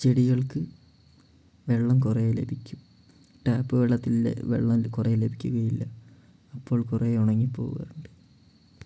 ചെടികൾക്ക് വെള്ളം കുറേ ലഭിക്കും ടാപ്പ് വെള്ളത്തില് വെള്ളം കുറേ ലഭിക്കുകയില്ല അപ്പോൾ കുറേ ഉണങ്ങിപോകാറുണ്ട്